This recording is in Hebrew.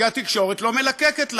כי התקשורת לא מלקקת לה,